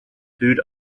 food